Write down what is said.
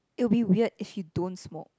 it will be weird if you don't smoke